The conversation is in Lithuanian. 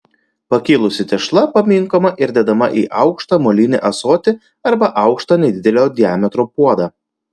pakilusi tešla paminkoma ir dedama į aukštą molinį ąsotį arba aukštą nedidelio diametro puodą